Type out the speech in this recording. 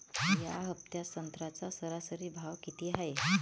या हफ्त्यात संत्र्याचा सरासरी भाव किती हाये?